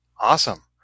Awesome